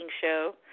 Show